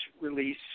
release